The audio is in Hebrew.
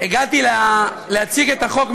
הגעתי להציג את החוק,